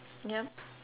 ya